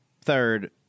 third